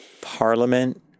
Parliament